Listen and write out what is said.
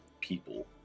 people